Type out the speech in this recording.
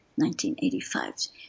1985